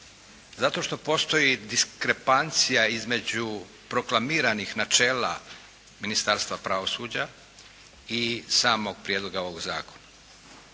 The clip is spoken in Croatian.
Zato što postoji diskrepancija između proklamiranih načela Ministarstva pravosuđa i samog prijedloga ovog zakona.